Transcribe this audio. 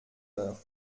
heures